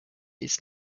its